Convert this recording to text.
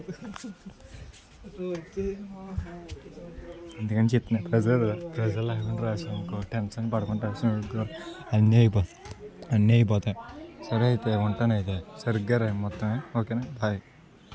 అందుకని చెప్తున్నా pressure pressure లేకుండా రాశావు అనుకో టెన్షన్ పడుకుండా రాశావు అనుకో అన్నీ అయిపోతాయి అన్నీ అయిపోతాయి సరే అయితే ఉంటాను అయితే సరిగ్గా రాయి మొత్తము ఓకేనా బై